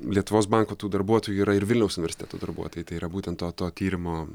lietuvos banko tų darbuotojų yra ir vilniaus universiteto darbuotojai tai yra būtent to to tyrimo